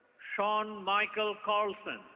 sean michael carlson.